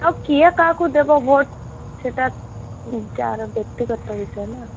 ଆଉ କିଏ କାହାକୁ ଦେବ ଭୋଟ ସେଇଟା ତା'ର ବ୍ୟକ୍ତିଗତ ବିଷୟ ନା